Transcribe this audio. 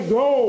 go